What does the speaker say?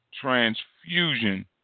transfusion